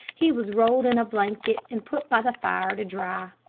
he was rolled in a blanket and put by the fire to dry.